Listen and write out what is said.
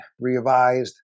revised